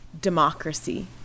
democracy